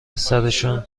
سرشون